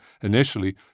initially